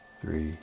three